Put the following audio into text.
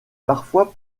parfois